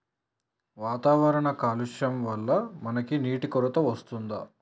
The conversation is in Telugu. వాతావరణ కాలుష్యం వళ్ల మనకి నీటి కొరత వస్తుంది